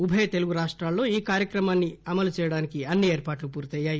ఉభయ తెలుగు రాష్టాల్లో ఈ కార్యక్రమాన్ని అమలు చేయడానికి అన్ని ఏర్పాట్లు పూర్తయ్యాయి